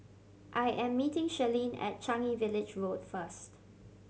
I am meeting Shirleen at Changi Village Road first